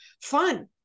fun